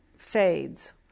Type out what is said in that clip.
fades